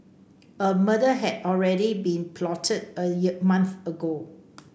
a murder had already been plotted a year month ago